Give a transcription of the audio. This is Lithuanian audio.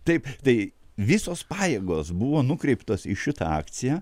taip tai visos pajėgos buvo nukreiptos į šitą akciją